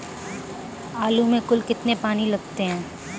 आलू में कुल कितने पानी लगते हैं?